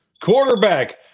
quarterback